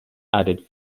added